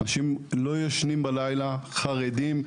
אנשים לא ישנים בלילה והם חרדים.